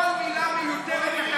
כל מילה מיותרת.